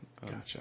Gotcha